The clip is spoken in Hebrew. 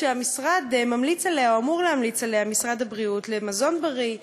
שמשרד הבריאות ממליץ עליה או אמור להמליץ עליה לגבי מזון בריא.